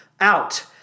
out